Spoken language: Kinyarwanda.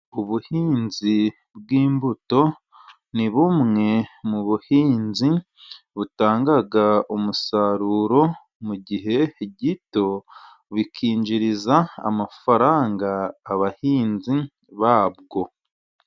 Ubuhinzi bw'imbuto, ni bumwe mu buhinzi butanga umusaruro mu gihe gito, bikinjiriza amafaranga abahinzi babwo.